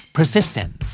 Persistent